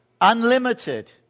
unlimited